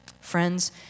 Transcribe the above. Friends